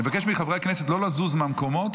אני מבקש מחברי הכנסת לא לזוז מהמקומות,